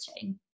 chain